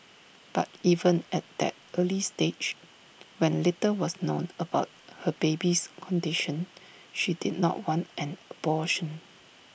but even at that early stage when little was known about her baby's condition she did not want an abortion